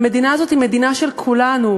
המדינה הזאת היא מדינה של כולנו,